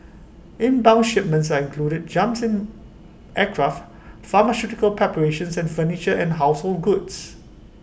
inbound shipments I included jumps aircraft pharmaceutical preparations and furniture and household goods